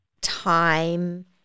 time